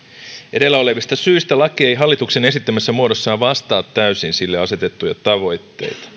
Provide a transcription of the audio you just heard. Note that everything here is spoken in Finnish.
edellä olevista syistä laki ei hallituksen esittämässä muodossaan vastaa täysin sille asetettuja tavoitteita